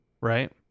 right